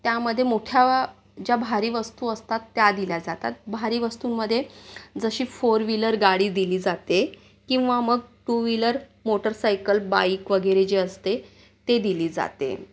त्यामध्ये मोठ्या ज्या भारी वस्तू असतात त्या दिल्या जातात भारी वस्तूंमध्ये जशी फोर वीलर गाडी दिली जाते किंवा मग two wheeler motorcycle bike वगैरे जे असते ते दिली जाते